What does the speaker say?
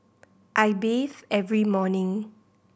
I bathe every morning